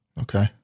Okay